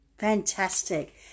Fantastic